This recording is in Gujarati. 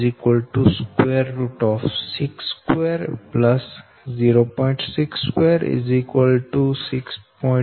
03 m અને da'b 6